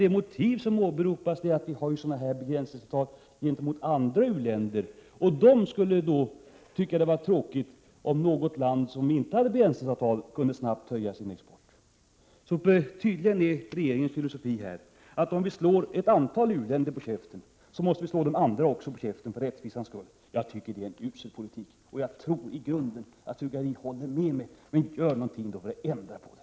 Det motiv som anförs är att vi har sådana här begränsningsavtal gentemot andra u-länder, och att dessa skulle tycka det vara tråkigt om något land som vi inte hade begränsningsavtal med snabbt kunde höja sin export. Tydligen är regeringens filosofi att om vi slår ett antal u-länder på käften, då måste vi slå också de andra på käften, för rättvisans skull. Jag tycker det är en usel politik, och jag tror att fru Gradin i grunden håller med mig. Men gör då någonting för att ändra politiken!